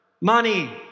Money